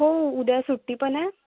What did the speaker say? हो उद्या सुट्टी पण आहे